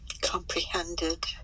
Comprehended